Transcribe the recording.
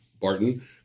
Barton